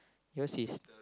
yours is